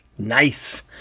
Nice